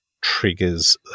triggers